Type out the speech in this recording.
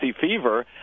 fever